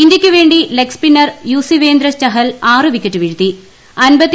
ഇന്ത്യയ്ക്കുവേണ്ടി leg spinner Yuzvendra Chahal ആറ് wicket വീഴ്ത്തി